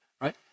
right